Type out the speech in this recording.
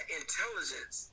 intelligence